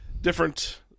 different